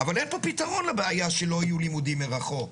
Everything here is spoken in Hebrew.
אבל אין פה פתרון לבעיה שלא יהיו לימודים מרחוק,